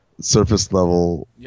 surface-level